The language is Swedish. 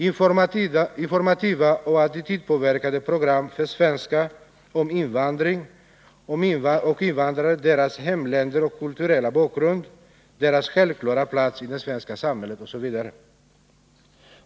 Informativa och attitydpåverkande program för svenskar om invandring och invandrare, deras hemländer och kulturella bakgrund, deras självklara plats i det svenska samhället osv. 7.